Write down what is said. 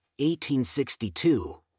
1862